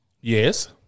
Yes